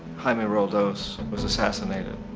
jaime roldos was assassinated.